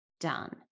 done